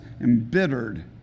embittered